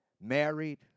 married